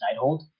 Nighthold